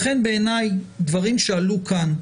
לכן בעיניי דברים שעלו כאן,